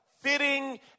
fitting